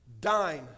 Dine